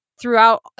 Throughout